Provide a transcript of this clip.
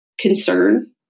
concern